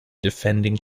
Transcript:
defending